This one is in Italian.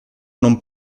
non